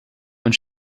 when